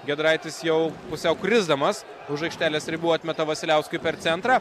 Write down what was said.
giedraitis jau pusiau krisdamas už aikštelės ribų atmeta vasiliauskui per centrą